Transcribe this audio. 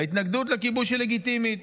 ההתנגדות לכיבוש היא לגיטימית.